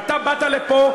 ואתה באת לפה,